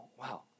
wow